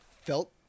felt